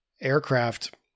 aircraft